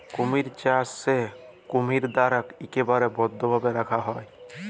কুমির চাষে কুমিরদ্যার ইকবারে বদ্ধভাবে রাখা হ্যয়